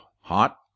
hot